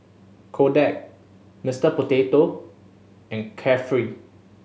Kodak Mister Potato and Carefree